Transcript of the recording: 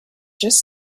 just